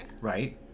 Right